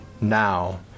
now